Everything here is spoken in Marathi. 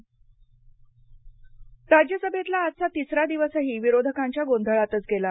संसद राज्यसभेतला आजचा तिसरा दिवसही विरोधकांच्या गोंधळातच गेला